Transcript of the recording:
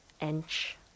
inch